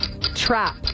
Trap